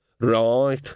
Right